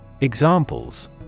Examples